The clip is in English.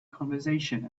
conversation